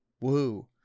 Woo